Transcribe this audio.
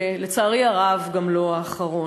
ולצערי הרב גם לא האחרון,